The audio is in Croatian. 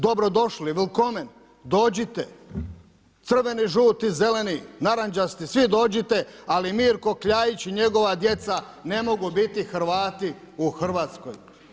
Dobro doški, willcommen, dođite, crveni, žuti, zeleni, narandžasti svi dođite ali Mirko Kljaić i njegova djeca ne mogu biti Hrvati u Hrvatskoj.